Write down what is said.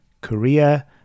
Korea